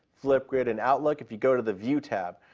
flipgrid, and outlook if you go to the view tab.